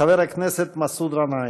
חבר הכנסת מסעוד גנאים.